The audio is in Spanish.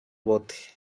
bote